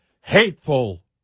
hateful